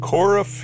Cora